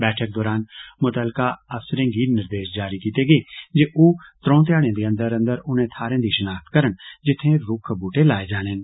बैठक दरान मुत्तलका अफसरें गी निर्देष जारी कीते गे जे ओ त्रौं ध्याड़ें दे अंदर अंदर उनें थाहरें दी षिनाख्त करन जित्थें रूक्ख बूहटे लाए जांडन